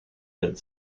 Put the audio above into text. that